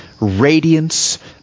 radiance